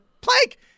Plank